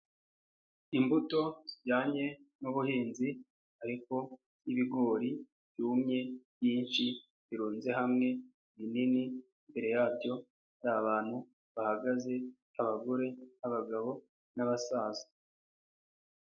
Imbuto zijyanye n'ubuhinzi ariko ibigori byumye byinshi birunze hamwe binini mbere yabyo hari abantu bahagaze abagore, abagabo n'abasaza.